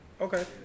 Okay